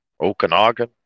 Okanagan